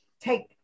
take